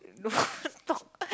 not talk